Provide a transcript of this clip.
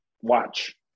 Watch